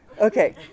Okay